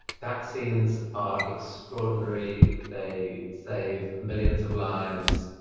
vaccines are extraordinary. they save millions of lives.